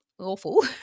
awful